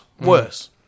Worse